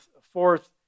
fourth